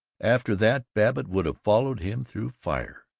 after that, babbitt would have followed him through fire.